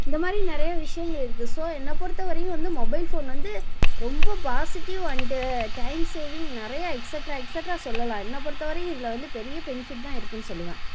இந்த மாதிரி நிறைய விஷயங்கள் இருக்குது ஸோ என்ன பொறுத்த வரையும் வந்து மொபைல் ஃபோன் வந்து ரொம்ப பாசிட்டிவ் அண்டு டைம் சேவிங் நிறைய எக்ஸட்ரா எக்ஸட்ரா சொல்லலாம் என்ன பொறுத்த வரையும் இதில் வந்து பெரிய பெனிஃபிட் தான் இருக்குன்னு சொல்லுவேன்